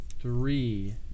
three